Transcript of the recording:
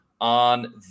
on